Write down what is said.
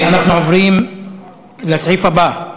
אנחנו עוברים לסעיף הבא: